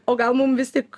o gal mum vis tik